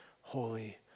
holy